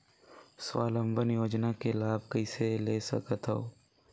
स्वावलंबन योजना के लाभ कइसे ले सकथव?